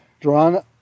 drawn